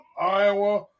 Iowa